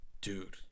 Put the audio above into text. Dude